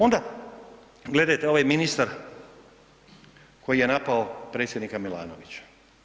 Onda gledajte, ovaj ministar koji je napao predsjednika Milanovića.